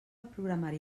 programari